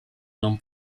non